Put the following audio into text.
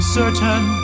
certain